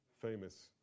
famous